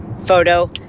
photo